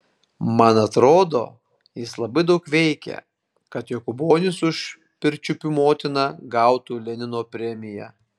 man atrodo jis labai daug veikė kad jokūbonis už pirčiupių motiną gautų lenino premiją